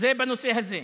זה בנושא הזה,